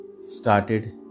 started